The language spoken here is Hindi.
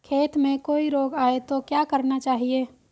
खेत में कोई रोग आये तो क्या करना चाहिए?